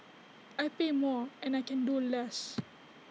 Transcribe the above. I pay more and I can do less